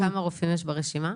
כמה רופאים יש ברשימה?